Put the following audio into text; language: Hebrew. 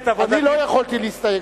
אני לא יכולתי להסתייג,